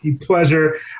pleasure